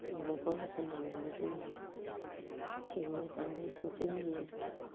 मैगंखौ होसननानै जोङो सङो बानलु संख्रि होयो